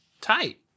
Tight